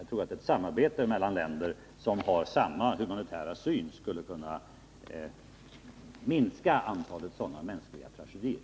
Jag tror att ett samarbete mellan länder som har samma humanitära syn skulle kunna minska antalet sådana mänskliga tragedier.